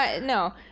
no